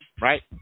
right